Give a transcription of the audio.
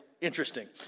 interesting